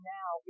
now